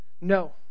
No